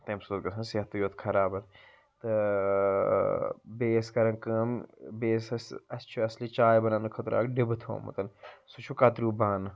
تَمہِ سۭتۍ اوس گژھان صحتٕے یوت خراب تہٕ ٲں بیٚیہِ ٲسۍ کران کٲم بیٚیہِ ٲسۍ اسہِ اسہِ چھُ اصلی چاے بَناونہٕ خٲطرٕ اکھ ڈِبہٕ تھوٚمُت سُہ چھُ کَتریٛوٗ بانہٕ